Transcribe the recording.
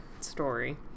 story